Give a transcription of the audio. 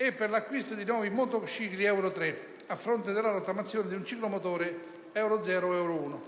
e per l'acquisto di nuovi motocicli Euro 3 a fronte della rottamazione di un ciclomotore Euro 0 o Euro 1.